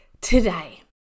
today